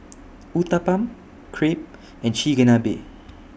Uthapam Crepe and Chigenabe